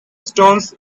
stones